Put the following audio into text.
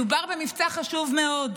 מדובר במבצע חשוב מאוד,